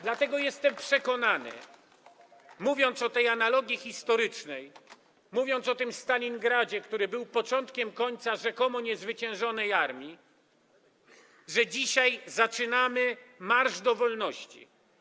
Dlatego jestem przekonany, mówiąc o tej analogii historycznej, mówiąc o tym Stalingradzie, który był początkiem końca rzekomo niezwyciężonej armii, że dzisiaj zaczynamy marsz do wolności.